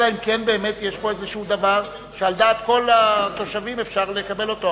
אלא אם כן באמת יש פה איזשהו דבר שעל דעת כל התושבים אפשר לקבל אותו.